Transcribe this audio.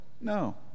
No